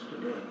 today